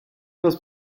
los